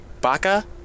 baka